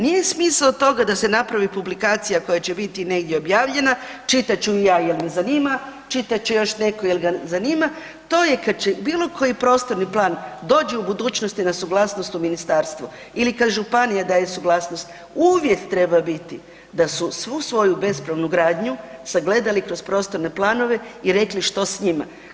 Nije smisao toga da se napravi publikacija koja će biti negdje objavljena, čitat ću je ja jer me zanima, čitat će ju još netko jer ga zanima, to je kad će bilo koji prostorni plan dođe u budućnosti na suglasnost u ministarstvo ili kad županija daje suglasnost uvijek treba biti da su svu svoju bespravnu gradnju sagledali kroz prostorne planove i rekli što s njima.